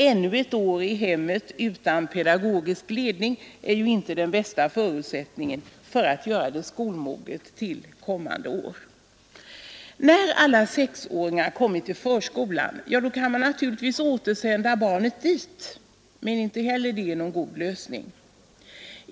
Ännu ett år i hemmet utan pedagogisk ledning är ju inte den bästa förutsättningen för att göra barnet skolmoget till kommande år. När alla sexåringar kommit i förskolan, kan man naturligtvis återsända barnet dit. Men inte heller det är någon god lösning.